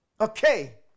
Okay